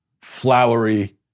flowery